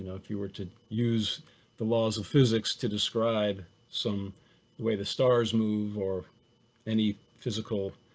if you were to use the laws of physics to describe some the way the stars move or any physical